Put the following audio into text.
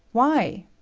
why?